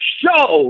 show